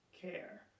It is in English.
care